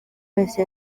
wese